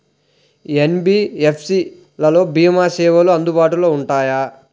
NBFC లలో భీమా సేవలు అందుబాటులో ఉంటాయా?